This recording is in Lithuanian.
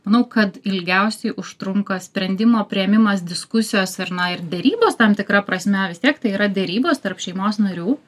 manau kad ilgiausiai užtrunka sprendimo priėmimas diskusijos ir na ir derybos tam tikra prasme vis tiek tai yra derybos tarp šeimos narių